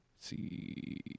see